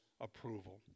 approval